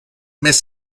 més